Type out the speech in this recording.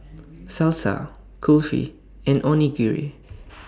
Salsa Kulfi and Onigiri